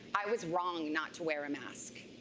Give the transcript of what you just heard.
i was wrong not to wear a mask.